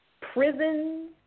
Prisons